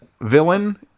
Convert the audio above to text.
villain